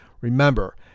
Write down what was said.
Remember